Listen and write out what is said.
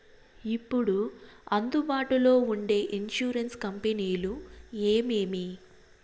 ఇప్పుడు అందుబాటులో ఉండే ఇన్సూరెన్సు కంపెనీలు ఏమేమి?